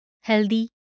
healthy